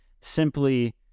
simply